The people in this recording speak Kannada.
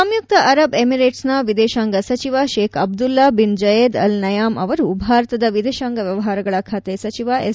ಸಂಯುಕ್ತ ಅರಬ್ ಎಮಿರೆಟ್ಸ್ ನ ವಿದೇಶಾಂಗ ಸಚಿವ Sheikh Abdullah bin Zayed al Nahyan ಅವರು ಭಾರತದ ವಿದೇಶಾಂಗ ವ್ಯವಹಾರಗಳ ಖಾತೆ ಸಚಿವ ಎಸ್